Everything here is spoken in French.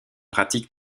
pratique